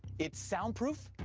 it's soundproof,